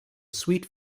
sweet